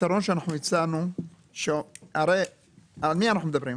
הפתרון שאנחנו הצענו, על מי אנחנו מדברים?